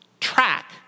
track